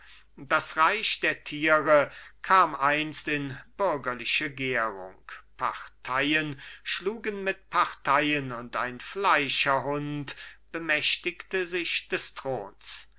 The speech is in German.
das reich der tiere kam einst in bürgerliche gärung parteien schlugen mit parteien und ein fleischerhund bemächtigte sich des throns